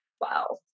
Wow